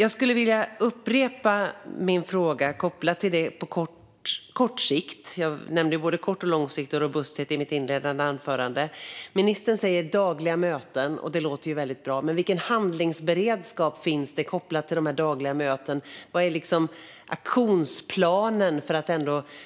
Jag skulle vilja upprepa min fråga kopplat till detta på kort sikt - jag nämnde ju både kort sikt och lång sikt, liksom robusthet, i mitt inledande anförande. Ministern pratar om dagliga möten, och det låter ju väldigt bra. Men vilken handlingsberedskap finns kopplat till dessa dagliga möten? Vad är liksom aktionsplanen?